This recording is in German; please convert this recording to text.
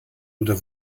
oder